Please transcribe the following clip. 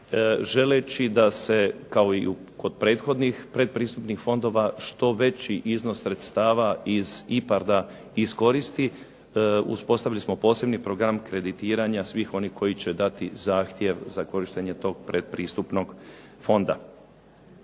želeći da se kao i kod prethodnih pretpristupnih fondova što veći iznos sredstava iz IPARD-a iskoristi. Uspostavili smo posebni program kreditiranja svih onih koji će dati zahtjev za korištenje tog predpristupnog fonda.